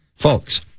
Folks